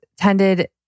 tended